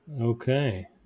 Okay